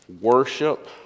worship